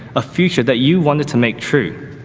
a future that you wanted to make true